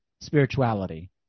spirituality